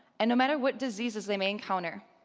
and no matter what diseases they may encounter,